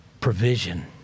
Provision